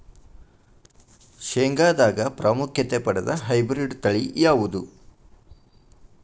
ಶೇಂಗಾದಾಗ ಪ್ರಾಮುಖ್ಯತೆ ಪಡೆದ ಹೈಬ್ರಿಡ್ ತಳಿ ಯಾವುದು?